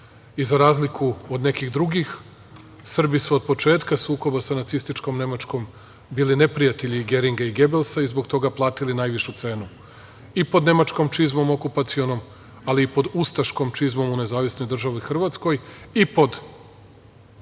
i za razliku od nekih drugih, Srbi su od početka sukoba sa nacističkom Nemačkom, bili neprijatelji Geringa i Gebelsa i zbog toga platili najvišu cenu.I pod nemačkom čizmom, okupaciono, ali i pod ustaškom čizmom u nezavisnoj državi Hrvatskoj, i pod